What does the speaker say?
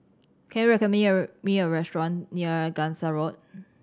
can you recommend me me a restaurant near Gangsa Road